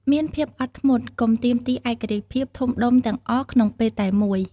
មានភាពអត់ធ្មត់ កុំទាមទារឯករាជ្យភាពធំដុំទាំងអស់ក្នុងពេលតែមួយ។